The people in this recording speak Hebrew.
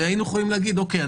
היינו יכולים להגיד: אוקיי,